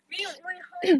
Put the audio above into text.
没有因为 horse